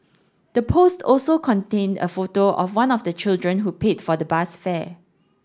the post also contained a photo of one of the children who paid for the bus fare